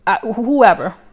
whoever